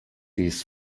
his